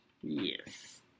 Yes